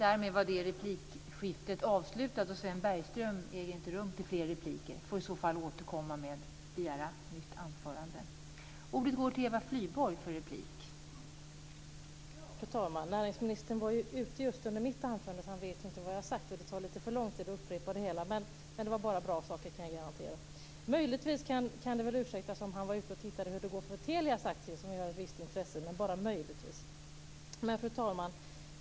Fru talman! Näringsministern var ute just under mitt anförande, så han vet inte vad jag har sagt. Det tar lite för lång tid att upprepa det hela, men det var bara bra saker - det kan jag garantera! Möjligtvis kan detta ursäktas om han var ute och tittade hur det går för Telias aktie, som ju är av ett visst intresse, men bara möjligtvis. Fru talman!